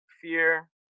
fear